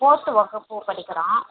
fourth வகுப்பு படிக்கிறான்